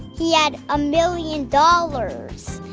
he had a million dollars.